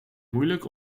moeilijk